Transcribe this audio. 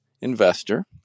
investor